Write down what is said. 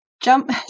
jump